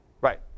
Right